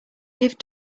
give